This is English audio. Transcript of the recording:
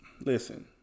listen